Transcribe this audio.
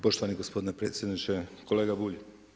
Poštovani gospodine predsjedniče, kolega Bulj.